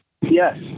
Yes